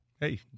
hey